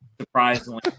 Surprisingly